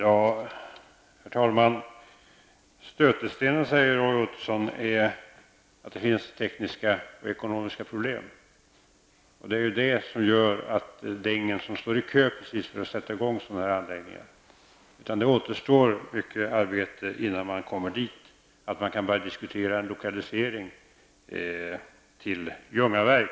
Herr talman! Roy Ottosson säger att stötestenen är att det finns tekniska och ekonomiska problem. Det är ju detta som är anledningen till att det inte precis är någon som står i kö för att sätta i gång sådana här anläggningar. Mycket arbete återstår innan vi kommer så långt att vi kan börja diskutera en lokalisering till Ljungaverk.